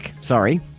sorry